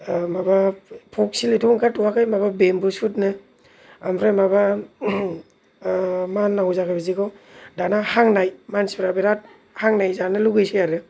माबा पर्क सिलिथ' ओंखारथ'याखै माबा बेम्बु सुदनो ओमफ्राय माबा मा होननांगौ जाखो बिदिखौ दाना हांनाय मानसिफ्रा बिराद हांनाय जानो लुगैसै आरो